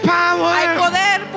power